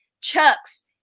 chucks